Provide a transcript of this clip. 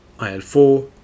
IL-4